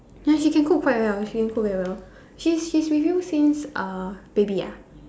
ya she can cook quite well she can cook very well she's she's with you since uh baby ah